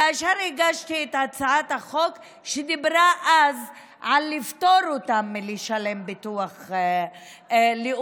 כאשר הגשתי את הצעת החוק שדיברה אז על פטור שלהם מלשלם ביטוח לאומי.